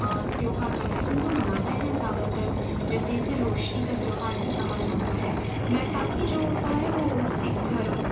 اور تیوہار من ہندو مناتے ہیں زیادہ تر جیسے اسے روشنی کا تیوہار بھی کہا جاتا ہے ویساکھی جو ہوتا ہے وہ سکھ دھرم